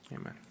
Amen